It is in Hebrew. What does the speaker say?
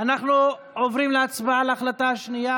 אנחנו עוברים להצבעה על ההצעה השנייה,